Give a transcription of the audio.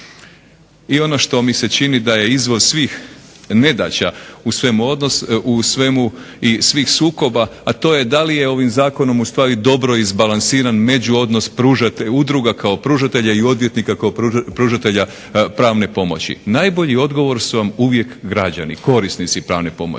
I ono što mi se čini da je izvor svih nedaća u svemu i svih sukoba, a to je da li je ovim Zakonom u stvari dobro izbalansiran među odnos pružatelja udruga kao pružatelja i odvjetnika kao pružatelja pravne pomoći. Najbolji odgovor su vam uvijek građani, korisnici pravne pomoći.